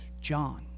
John